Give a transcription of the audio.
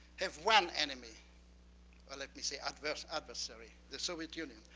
have one enemy or let me so adversary adversary the soviet union.